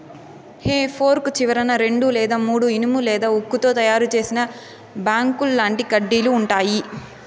హె fork చివరన రెండు లేదా మూడు ఇనుము లేదా ఉక్కుతో తయారు చేసిన బాకుల్లాంటి కడ్డీలు ఉంటాయి